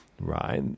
right